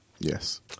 Yes